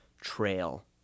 trail